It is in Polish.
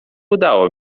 udało